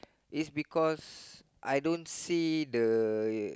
is because I don't see the